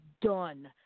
done